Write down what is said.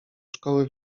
szkoły